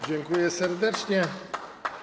Dziękuję serdecznie.